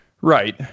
Right